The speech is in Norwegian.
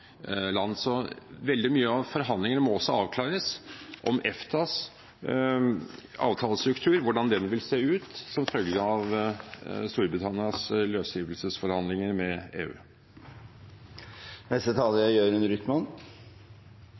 Så veldig mye av forhandlingene må også avklare hvordan EFTAs avtalestruktur vil se ut som følge av Storbritannias løsrivelsesforhandlinger med EU.